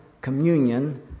communion